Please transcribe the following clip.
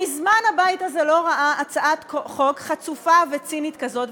מזמן הבית הזה לא ראה הצעת חוק חצופה וצינית כזאת,